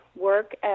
work